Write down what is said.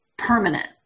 Permanent